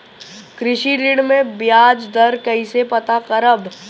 कृषि ऋण में बयाज दर कइसे पता करब?